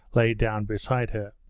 lay down beside her.